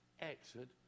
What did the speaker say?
exit